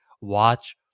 watch